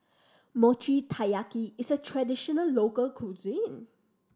Mochi Taiyaki is a traditional local cuisine